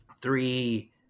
three